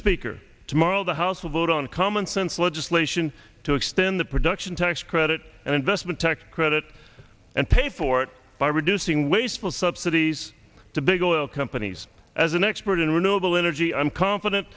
speaker tomorrow the house vote on commonsense legislation to extend the production tax credit and investment tax credit and pay for it by reducing wasteful subsidies to big oil companies as an expert in renewable energy i'm confident